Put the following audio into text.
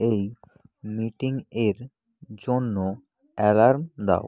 এই মিটিংয়ের জন্য অ্যালার্ম দাও